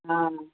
हँ